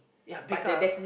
ya pick up